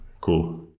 cool